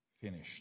finished